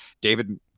David